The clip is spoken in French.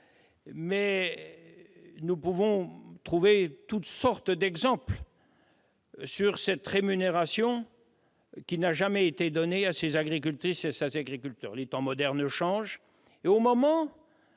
mais nous pouvons trouver toutes sortes d'exemples de cette rémunération qui n'a jamais été donnée à ces agricultrices et agriculteurs. Les temps changent.